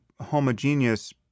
homogeneous